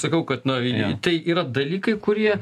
sakau kad na tai yra dalykai kurie